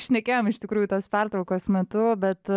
šnekėjom iš tikrųjų tas pertraukos metu bet